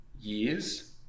years